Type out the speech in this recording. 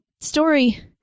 story